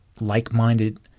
like-minded